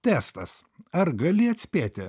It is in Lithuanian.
testas ar gali atspėti